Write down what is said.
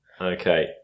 okay